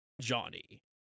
Johnny